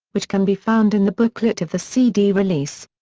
which can be found in the booklet of the cd release.